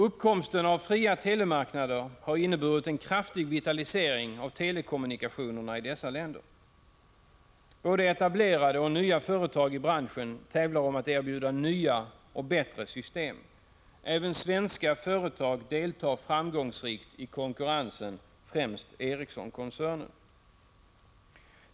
Uppkomsten av fria telemarknader har inneburit en kraftig vitalisering av telekommunikationerna i dessa länder. Både etablerade och nya företag i branschen tävlar om att erbjuda nya och bättre system. Även svenska företag deltar framgångsrikt i konkurrensen, främst Ericssonkoncernen.